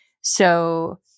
So-